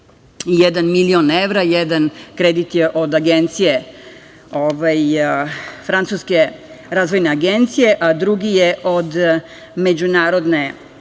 51 milion evra, jedan kredit je od Francuske razvojne agencije, a drugi je od Međunarodne banke